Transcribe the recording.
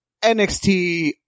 NXT